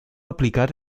aplicar